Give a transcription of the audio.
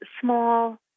small